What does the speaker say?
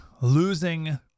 losing